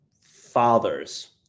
fathers